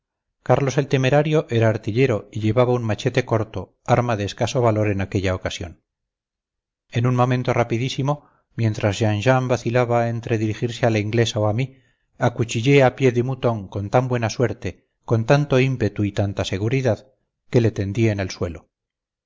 carlos el temerario era artillero y llevaba un machete corto arma de escaso valor en aquella ocasión en un momento rapidísimo mientras jean jean vacilaba entre dirigirse a la inglesa o a mí acuchillé a pied de moutoncon tan buena suerte con tanto ímpetu y tanta seguridad que le tendí en el suelo